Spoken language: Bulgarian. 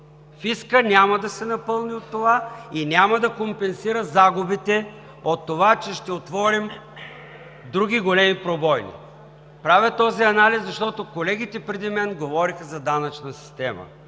Фискът няма да се напълни от това и няма да компенсира загубите от това, че ще отворим други големи пробойни. Правя този анализ, защото колегите преди мен говориха за данъчна система